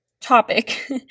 topic